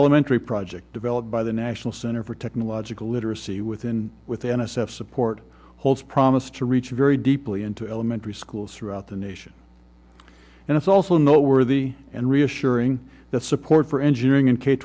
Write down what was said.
elementary project developed by the national center for technological literacy within with n s f support holds promise to reach very deeply into elementary schools throughout the nation and it's also noteworthy and reassuring that support for engineering in k